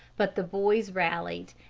but the boys rallied,